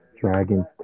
dragon's